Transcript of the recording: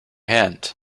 hand